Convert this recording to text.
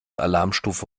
alarmstufe